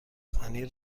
پنیر